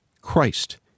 Christ